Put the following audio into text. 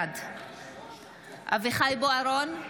יעקב אשר, בעד אביחי אברהם בוארון,